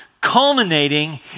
culminating